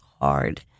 hard